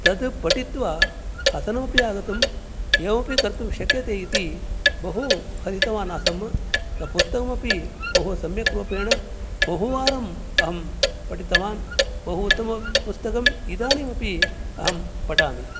तट् पठित्वा हसनमपि आगतम् एवमपि कर्तुं शक्यते इति बहुहसितवान् आसम् पुस्तकमपि बहु सम्यक्रूपेण बहुवारम् अहं पठितवान् बहु उत्तमपुस्तकम् इदानीमपि अहं पठामि